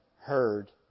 heard